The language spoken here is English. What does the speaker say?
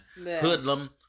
Hoodlum